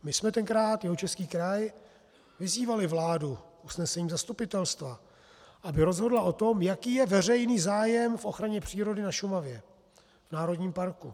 My jsme tenkrát, Jihočeský kraj, vyzývali vládu usnesením zastupitelstva, aby rozhodla o tom, jaký je veřejný zájem v ochraně přírody na Šumavě v národním parku.